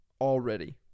already